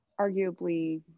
arguably